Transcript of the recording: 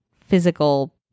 physical